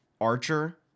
Archer